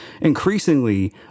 increasingly